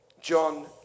John